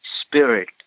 spirit